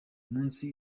munsi